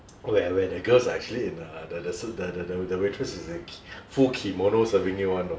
where where the girls are actually in a the the su~ the the the the waitress is a full kimono serving you [one] you know